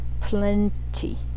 plenty